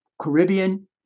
Caribbean